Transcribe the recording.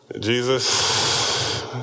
Jesus